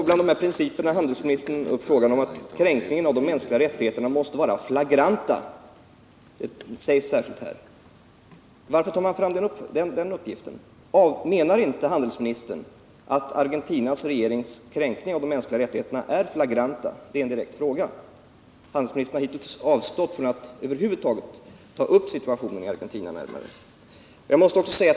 Bland déssa principer tar handelsministern särskilt upp att kränkningarna av de mänskliga rättigheterna måste vara flagranta. Varför tar man fram den uppgiften? Menar handelsministern att Argentinas regerings kränkning av de mänskliga rättigheterna inte är Nagrant? Det är en direkt fråga. Handelsministern har hittills avstått från att över huvud taget ta upp situationen i Argentina närmare.